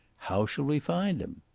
how shall we find him?